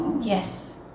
yes